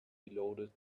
reloaded